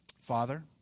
Father